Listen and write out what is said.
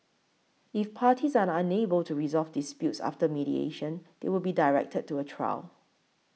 if parties are unable to resolve disputes after mediation they will be directed to a trial